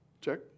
Check